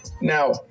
Now